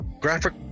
graphic